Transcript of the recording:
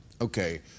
Okay